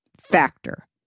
Factor